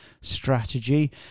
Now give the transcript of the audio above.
strategy